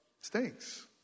stinks